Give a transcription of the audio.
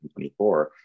2024